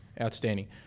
Outstanding